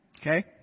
Okay